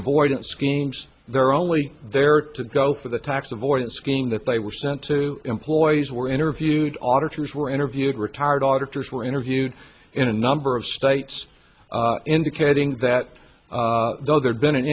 avoidance schemes they're only there to go for the tax avoidance scheme that they were sent to employees were interviewed auditor's were interviewed retired auditor's were interviewed in a number of states indicating that the there'd been an